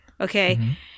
Okay